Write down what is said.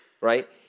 right